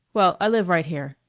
well, i live right here.